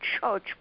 church